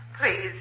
Please